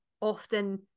often